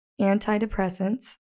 antidepressants